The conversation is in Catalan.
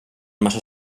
massa